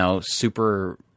super